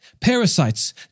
Parasites